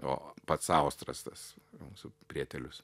o pats austras tas mūsų prietelius